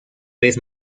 vez